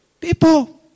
people